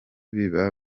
biba